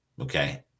Okay